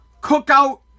cookout